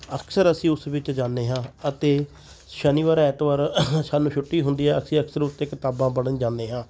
ਅਕਸਰ ਅਸੀਂ ਉਸ ਵਿੱਚ ਜਾਂਦੇ ਹਾਂ ਅਤੇ ਸ਼ਨੀਵਾਰ ਐਤਵਾਰ ਸਾਨੂੰ ਛੁੱਟੀ ਹੁੰਦੀ ਹੈ ਅਸੀਂ ਅਕਸਰ ਉੱਥੇ ਕਿਤਾਬਾਂ ਪੜ੍ਹਨ ਜਾਂਦੇ ਹਾਂ